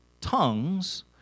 tongues